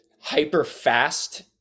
hyper-fast